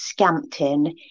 Scampton